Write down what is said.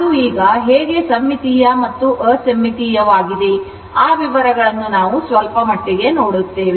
ಅದು ಈಗ ಹೇಗೆ ಸಮ್ಮಿತೀಯ ಮತ್ತು ಅಸಮ್ಮಿತೀಯವಾಗಿದೆ ಆ ವಿವರಗಳನ್ನು ನಾವು ಸ್ವಲ್ಪಮಟ್ಟಿಗೆ ನೋಡುತ್ತೇವೆ